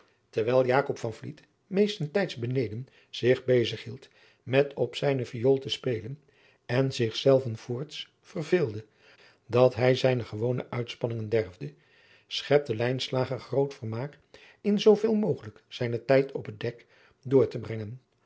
vliet meestentijds beneden zich bezig hield met op zijne viool te spelen en zich zelven voorts verveelde daar hij zijne gewone uitspanningen derfde schepte lijnslager groot vermaak in zooveel mogelijk zijnen tijd op het dek door te brengen